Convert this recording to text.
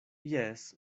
jes